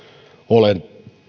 olen